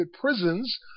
prisons